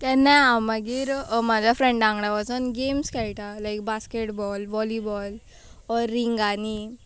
केन्नाय हांव मागीर म्हज्या फ्रेंडा वांगडा वचोन गेम्स खेळटा लायक basketball volleyball or रिंगानी